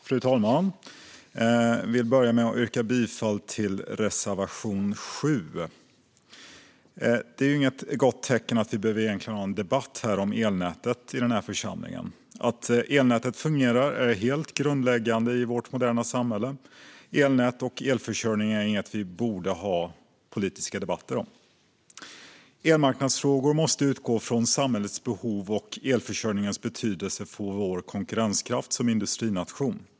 Fru talman! Jag vill börja med att yrka bifall till reservation 7. Det är egentligen inget gott tecken att vi behöver ha en debatt om elnätet i den här församlingen. Att elnätet fungerar är helt grundläggande i vårt moderna samhälle. Elnätet och elförsörjningen är inget vi borde ha politiska debatter om. Elmarknadsfrågor måste utgå från samhällets behov och elförsörjningens betydelse för vår konkurrenskraft som industrination.